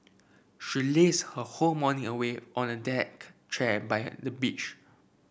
she lazed her whole morning away on a deck chair by the beach